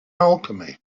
alchemy